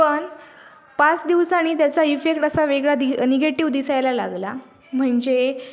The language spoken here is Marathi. पण पाच दिवसानी त्याचा इफेक्ट असा वेगळा दि निगेटिव दिसायला लागला म्हणजे